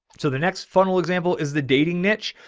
so the next funnel example is the dating niche.